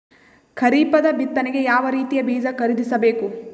ಖರೀಪದ ಬಿತ್ತನೆಗೆ ಯಾವ್ ರೀತಿಯ ಬೀಜ ಖರೀದಿಸ ಬೇಕು?